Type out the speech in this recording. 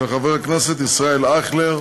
של חבר הכנסת ישראל אייכלר.